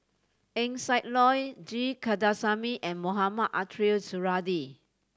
Eng Siak Loy G Kandasamy and Mohamed Ariff Suradi